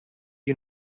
you